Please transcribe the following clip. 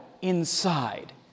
inside